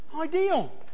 ideal